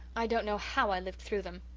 i don't know how i lived through them.